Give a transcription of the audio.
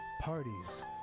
Parties